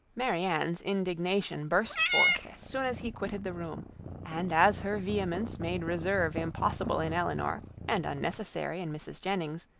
marianne's indignation burst forth as soon as he quitted the room and as her vehemence made reserve impossible in elinor, and unnecessary in mrs. jennings,